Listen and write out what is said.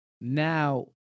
now